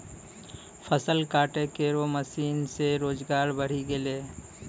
फसल काटै केरो मसीन सें रोजगार बढ़ी गेलै